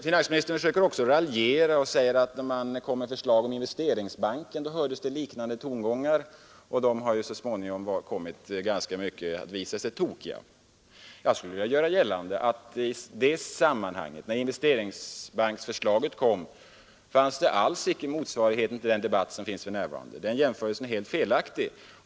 Finansministern försöker också raljera och säger att när man framlade förslag om Investeringsbanken, så hördes det liknande tongångar, men de förutsägelserna har ju senare visat sig vara felaktiga. Jag vill emellertid göra gällande, att när förslaget om Investeringsbanken lades fram fanns det alls inte någon motsvarighet till den debatt som nu förs. Därför är också den jämförelsen helt felaktig.